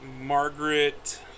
Margaret